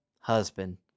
husband